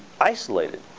isolated